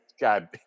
god